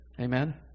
Amen